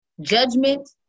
judgment